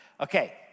Okay